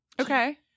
Okay